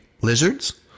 lizards